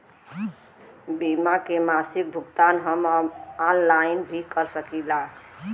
बीमा के मासिक भुगतान हम ऑनलाइन भी कर सकीला?